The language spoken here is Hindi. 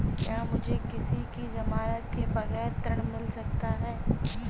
क्या मुझे किसी की ज़मानत के बगैर ऋण मिल सकता है?